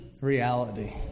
reality